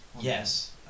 yes